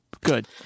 Good